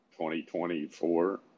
2024